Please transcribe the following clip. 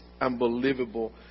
unbelievable